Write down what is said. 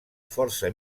força